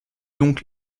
donc